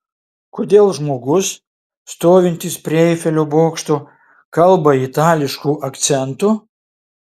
kodėl žmogus stovintis prie eifelio bokšto kalba itališku akcentu